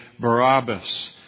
Barabbas